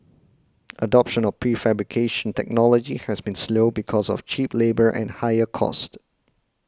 adoption of prefabrication technology has been slow because of cheap labour and higher cost